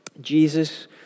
Jesus